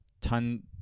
Ton